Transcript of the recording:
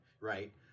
right